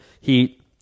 heat